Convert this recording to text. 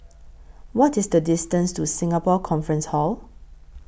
What IS The distance to Singapore Conference Hall